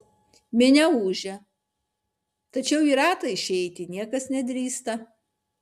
minia ūžia tačiau į ratą išeiti niekas nedrįsta